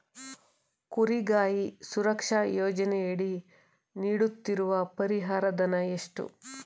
ಕುರಿಗಾಹಿ ಸುರಕ್ಷಾ ಯೋಜನೆಯಡಿ ನೀಡುತ್ತಿರುವ ಪರಿಹಾರ ಧನ ಎಷ್ಟು?